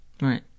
Right